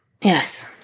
Yes